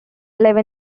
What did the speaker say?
live